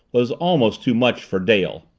was almost too much for dale.